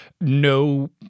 no